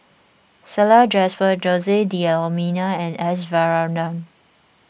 Salleh Japar Jose D'Almeida and S Varathan